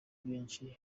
benshi